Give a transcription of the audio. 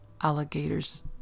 Alligators